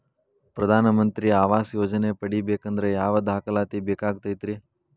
ಪ್ರಧಾನ ಮಂತ್ರಿ ಆವಾಸ್ ಯೋಜನೆ ಪಡಿಬೇಕಂದ್ರ ಯಾವ ದಾಖಲಾತಿ ಬೇಕಾಗತೈತ್ರಿ?